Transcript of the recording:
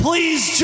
Please